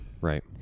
Right